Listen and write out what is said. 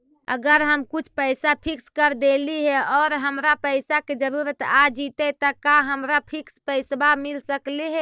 अगर हम कुछ पैसा फिक्स कर देली हे और हमरा पैसा के जरुरत आ जितै त का हमरा फिक्स पैसबा मिल सकले हे?